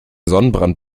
sonnenbrand